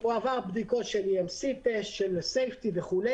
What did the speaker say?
בדיקות של --- סייפטי וכו'.